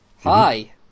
Hi